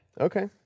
Okay